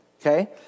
Okay